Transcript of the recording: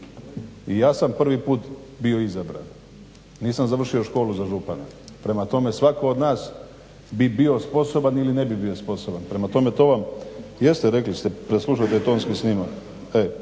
I ja sam prvi put bio izabran. Nisam završio školu za župana. Prema tome, svatko od nas bi bio sposoban ili ne bi bio sposoban. Prema tome, to vam, jeste rekli ste. Preslušajte tonski snimak. Ali